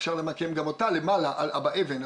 אפשר למקם גם אותה למעלה על אבא אבן,